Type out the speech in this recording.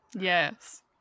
Yes